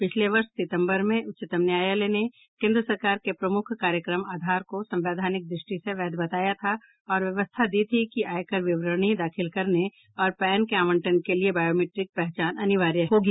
पिछले वर्ष सितम्बर में उच्चतम न्यायालय ने केन्द्र सरकार के प्रमुख कार्यक्रम आधार को संवैधानिक दृष्टि से वैध बताया था और व्यवस्था दी थी कि आयकर विवरणी दाखिल करने और पैन के आवंटन के लिए बायोमीट्रिक पहचान अनिवार्य होगी